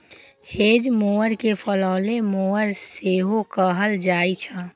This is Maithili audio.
हेज मोवर कें फलैले मोवर सेहो कहल जाइ छै